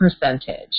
percentage